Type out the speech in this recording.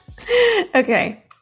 Okay